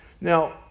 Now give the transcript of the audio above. Now